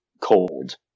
cold